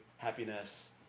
Happiness